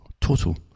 Total